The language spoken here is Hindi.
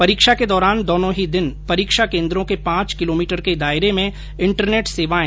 परीक्षा के दौरान दोनो ही दिन परीक्षा केन्द्रों के पांच किलोमीटर के दायरे में इंटरनेट सेवा बंद रहेगी